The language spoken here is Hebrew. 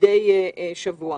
מידי שבוע